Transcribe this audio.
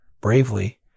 bravely